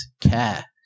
care